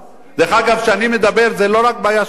כשאני מדבר זה לא רק בעיה של עוספיא ודאליה.